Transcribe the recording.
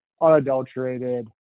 unadulterated